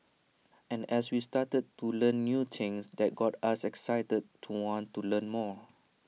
and as we started to learn new things that got us excited to want to learn more